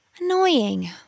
Annoying